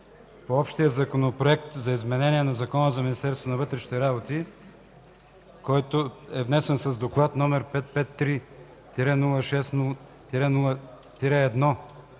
по общия Законопроект за изменение на Закона за Министерството на вътрешните работи, внесен с Доклад № 553-06-1